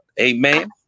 Amen